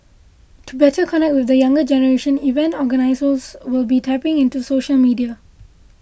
to better connect with the younger generation event organisers will be tapping into social media